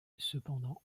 cependant